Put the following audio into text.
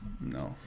No